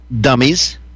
dummies